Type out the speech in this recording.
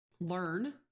learn